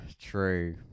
True